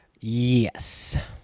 Yes